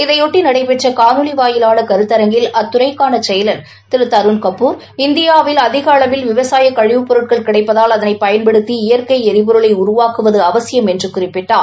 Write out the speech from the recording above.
இதைபொட்டி நடைபெற்ற காணொலி வாயிலான கருத்தரங்கில் அத்துறைக்கான செயலாளா திரு தருண் கபூர் இந்தியாவில் அதிக அளவில் விவசாய கழிவுப் பொருட்கள் கிடைப்பதால் அதனை பயன்படுத்தி இயற்கை ளரிபொருளை உருவாக்குவது அவசியம் என்று குறிப்பிட்டார்